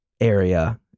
area